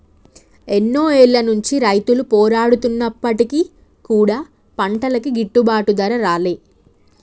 ఎన్నో ఏళ్ల నుంచి రైతులు పోరాడుతున్నప్పటికీ కూడా పంటలకి గిట్టుబాటు ధర రాలే